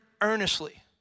earnestly